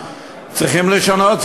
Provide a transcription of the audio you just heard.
וצריכים לשנות.